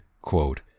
quote